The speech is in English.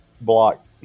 block